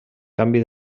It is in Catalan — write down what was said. canvi